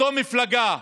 אותה מפלגה,